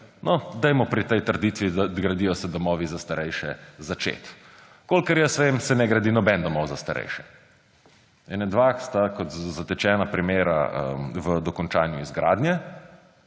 No, dajmo pri tej trditvi, da se gradijo domovi za starejše, začeti. Kolikor jaz vem, se ne gradi nobenega doma za starejše. Kakšna dva sta kot zatečena primera v dokončanju izgradnje,